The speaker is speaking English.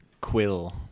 Quill